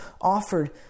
offered